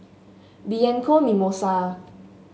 Bianco Mimosa